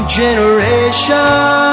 generation